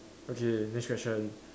okay next question